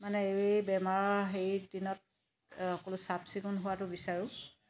মানে এই বেমাৰৰ হেৰি দিনত অকণ চাফ চিকুণ হোৱাতো বিচাৰোঁ